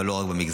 אבל לא רק במגזר,